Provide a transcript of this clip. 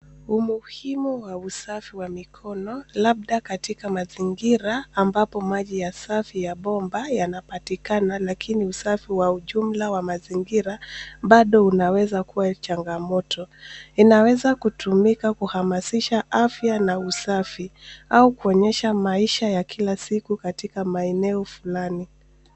Umuhimu wa usafi wa mikono. Labda katika mazingira ambapo maji ya safi ya bomba yanapatikana, lakini usafi wa ujumla wa mazingira bado unaweza kuwa changamoto. Inaweza kutumika kuhamasisha afya na usafi au kuonyesha maisha ya kila siku katika maeneo fulani.